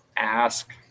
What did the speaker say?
ask